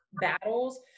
battles